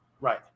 Right